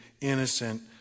innocent